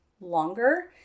longer